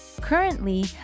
Currently